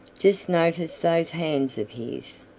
just notice those hands of his.